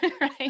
right